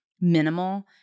minimal